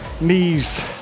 knees